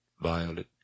violet